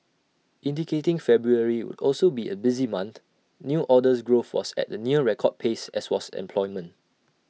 indicating February would also be A busy month new orders growth was at A near record pace as was employment